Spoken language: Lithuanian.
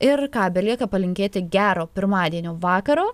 ir ką belieka palinkėti gero pirmadienio vakaro